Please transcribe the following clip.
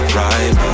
right